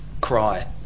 cry